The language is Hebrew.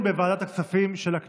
בעד, 13, אין מתנגדים, אין נמנעים.